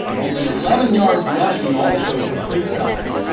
only eleven yards rushing also for creekside